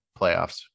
Playoffs